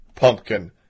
Pumpkin